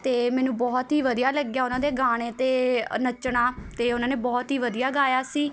ਅਤੇ ਮੈਨੂੰ ਬਹੁਤ ਹੀ ਵਧੀਆ ਲੱਗਿਆ ਉਹਨਾਂ ਦੇ ਗਾਣੇ 'ਤੇ ਅ ਨੱਚਣਾ ਅਤੇ ਉਨ੍ਹਾਂ ਨੇ ਬਹੁਤ ਹੀ ਵਧੀਆ ਗਾਇਆ ਸੀ